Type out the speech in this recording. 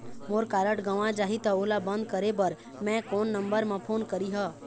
मोर card गंवा जाही त ओला बंद करें बर मैं कोन नंबर म फोन करिह?